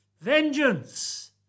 Vengeance